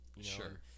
sure